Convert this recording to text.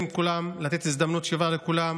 וכולם מחויבים לתת הזדמנות שווה לכולם.